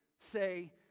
say